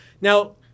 Now